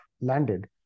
landed